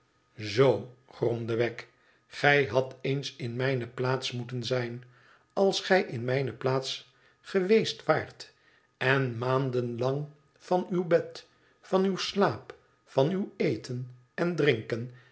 tzoo gromde wegg gij hadt eens in mijne plaats moeten zijn als gij in mijne plaats geweest waart en maanden lang van uw bed van aw slaap van uw eten en drinken